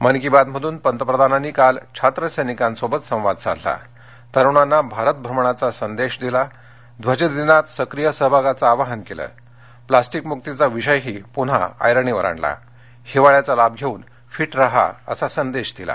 मन की बातमधून पंतप्रधानांनी काल छात्र सैनिकांसोबत संवाद साधला तरुणांना भारत भ्रमणाचा संदेश दिला ध्वज दिनात सक्रीय सहभागाचं आवाहनकेलं प्लास्टिक मुक्तीचा विषयही पुन्हाऐरणीवर आणला हिवाळ्याचा लाभ घेऊन फिट रहा असा संदेश दिला